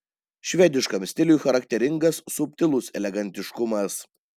švediškam stiliui charakteringas subtilus elegantiškumas